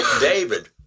David